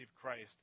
Christ